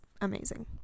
amazing